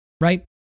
right